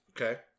Okay